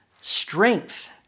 strength